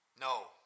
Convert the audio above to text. No